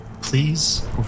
Please